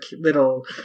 little